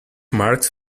marks